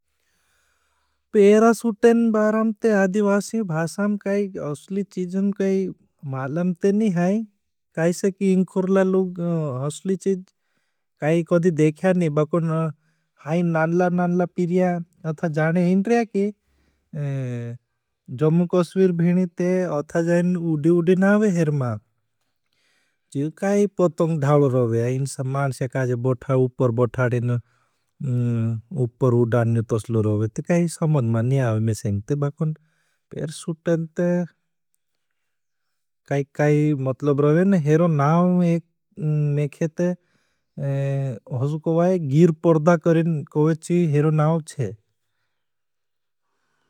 पेरा सुटेन बाराम ते आदिवासी भासाम काई असली चीजन काई मालंते नहीं है। काई से की इंखोरला लोग असली चीज काई कदी देखया नहीं। बाकों हैं नानला नानला पिरिया अथा जाने हिन रहे की। जम्मु कश्विर भीनी ते अथा जाने उड़ी उड़ी नावे हर माल। चीज काई पतंग धाल रहे हैं, इन समान से काई जे बोठा उपर बोठाड़ेन उपर उड़ाने तसलो रहे हैं। काई समझ नई आवे। ते पैरशूट ते काई काई हेरें मतलब आवे ने। काई नामे नई पता गिरपर्दा कहवे छे हीर ने।